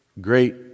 great